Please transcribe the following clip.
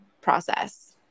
process